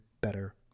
better